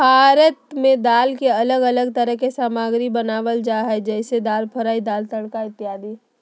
भारत में दाल के अलग अलग तरह के सामग्री बनावल जा हइ जैसे में दाल फ्राई, दाल तड़का इत्यादि